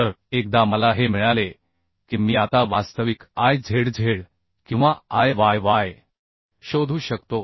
तर एकदा मला हे मिळाले की मी आता वास्तविक I z z किंवा I yy शोधू शकतो